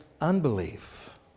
Unbelief